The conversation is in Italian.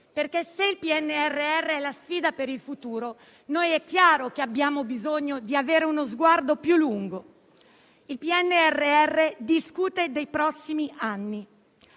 Se il PNRR è la sfida per il futuro, è chiaro che abbiamo bisogno di avere uno sguardo più lungo. Il PNRR discute dei prossimi anni.